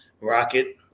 Rocket